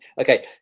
Okay